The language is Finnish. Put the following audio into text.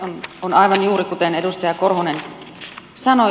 on aivan juuri kuten edustaja korhonen sanoi